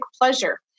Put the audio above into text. pleasure